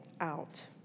out